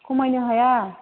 खमायनो हाया